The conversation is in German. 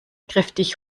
kräftig